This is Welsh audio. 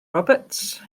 roberts